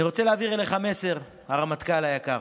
אני רוצה להעביר לך מסר, הרמטכ"ל היקר.